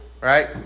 Right